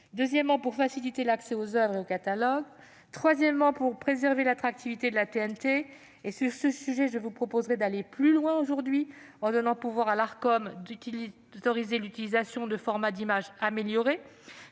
voisins ; pour faciliter l'accès aux oeuvres et aux catalogues ; pour préserver l'attractivité de la TNT. Sur ce sujet, je vous proposerai d'aller plus loin aujourd'hui en donnant pouvoir à l'Arcom d'autoriser l'utilisation de formats d'images améliorés,